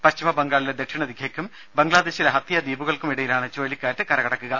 പശ്ചിമ ബംഗാളിലെ ദക്ഷിണ ദിഖയ്ക്കും ബംഗ്ലാദേശിലെ ഹത്തിയ ദ്വീപുകൾക്കും ഇടയിലാണ് ചുഴലിക്കാറ്റ് കരകടക്കുക